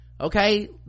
Okay